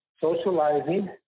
socializing